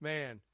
Man